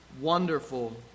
wonderful